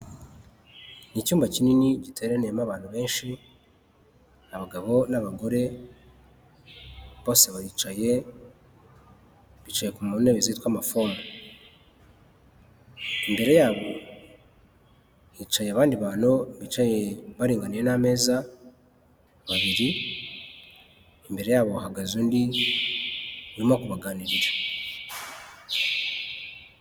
Ni icyumba kinini giteraniyemo abantu benshi: Abagabo n'abagore, bose baricaye, bicaye ku ntebe zitwa amafomu, imbere yabo hicaye abandi bantu bicaye baringaniye n'ameza babiri, imbere yabo hahagaze undi, urimo kubaganirira.